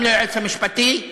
גם ליועץ המשפטי,